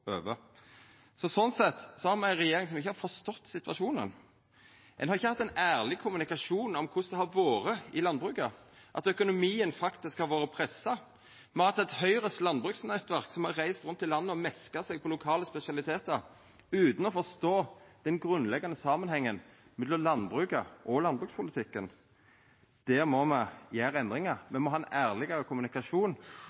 har me hatt ei regjering som ikkje har forstått situasjonen. Ein har ikkje hatt ein ærleg kommunikasjon om korleis det har vore i landbruket, at økonomien faktisk har vore pressa. Me har hatt Høgres landbruksnettverk som har reist rundt i landet og meska seg på lokale spesialitetar utan å forstå den grunnleggjande samanhengen mellom landbruket og landbrukspolitikken. Der må me gjera endringar.